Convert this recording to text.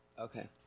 Okay